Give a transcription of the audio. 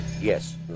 Yes